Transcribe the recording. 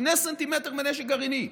שני סנטימטרים מנשק גרעיני,